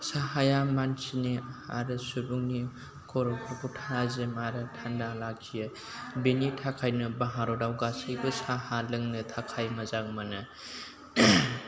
साहाया मानसिनि आरो सुबुंनि खर'फोरखौ थाजिम आरो थान्दा लाखियो बेनि थाखायनो भारतआव गासैबो साहा लोंनो थाखाय मोजां मोनो